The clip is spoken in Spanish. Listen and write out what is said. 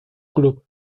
club